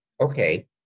Okay